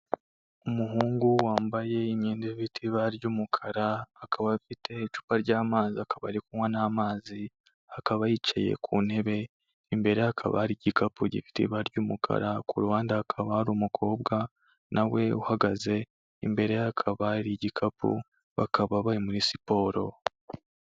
Umuhungu wambaye imyenda ifite ibara ry'umukara, akaba afite icupa ry'amazi, akaba ari kunywa n'amazi, akaba yicaye ku ntebe, imbere ye hakaba ari igikapu gifite ibara ry'umukara, ku ruhande hakaba hari umukobwa nawe uhagaze, imbere hakaba hari igikapu bakaba bari muri siporo.